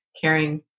caring